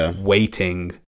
waiting